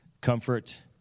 Comfort